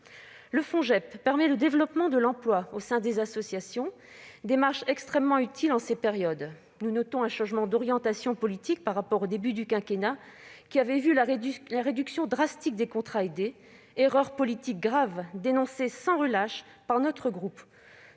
Le Fonjep permet le développement de l'emploi au sein des associations, démarche extrêmement utile en ces périodes. Nous notons un changement d'orientation politique par rapport au début du quinquennat, qui avait vu la réduction drastique des contrats aidés, erreur politique grave dénoncée sans relâche par notre groupe.